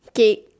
okay